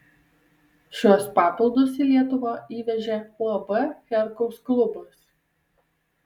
šiuos papildus į lietuvą įvežė uab herkaus klubas